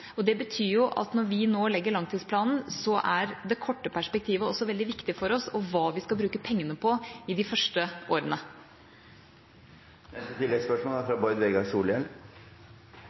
Det betyr at når vi nå legger langtidsplanen, er det korte perspektivet også veldig viktig for oss, og hva vi skal bruke pengene på i de første åra. Bård Vegar Solhjell